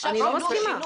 אני לא מסכימה.